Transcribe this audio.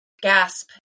gasp